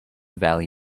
valley